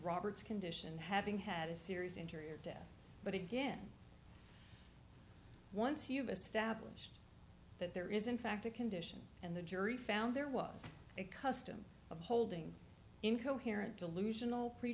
robert's condition having had a serious injury or death but again once you've established that there is in fact a condition and the jury found there was a custom of holding incoherent delusional